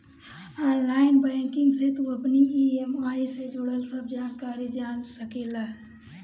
online banking से तू अपनी इ.एम.आई जे जुड़ल सब जानकारी जान सकेला